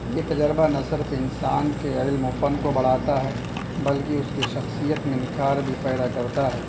یہ تجربہ نہ صرف انسان کے علم و فن کو بڑھاتا ہے بلکہ اس کی شخصیت میں نکھار بھی پیدا کرتا ہے